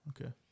Okay